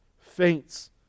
faints